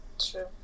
true